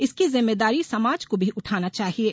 इसकी जिम्मेदारी समाज को भी उठाना चाहिये